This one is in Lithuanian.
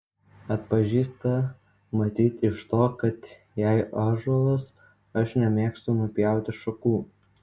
atpažįsta matyt iš to kad jei ąžuolas aš nemėgstu nupjauti šakų